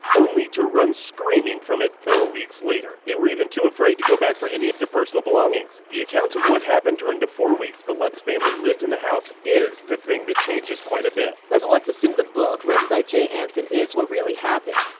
only to run screaming from it four weeks later. they were even too afraid to go back for any of their personal belongings. the account of what happened during the four weeks the lutz family lived in the house is the thing that changes quite a bit. so let's assume the book written by jay anson is what really happened.